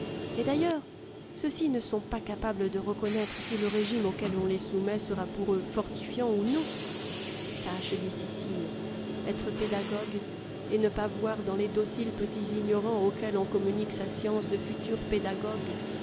et d'ailleurs ceux-ci ne sont pas capables de reconnaître si le régime auquel on les soumet sera pour eux fortifiant ou non tâche difficile être pédagogue et ne pas voir dans les dociles petits ignorants auxquels on communique sa science de futurs pédagogues